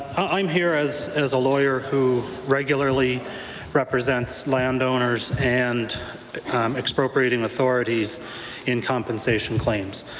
i'm here as and as a lawyer who regularly represents landowners and expropriating authorities in compensation claims.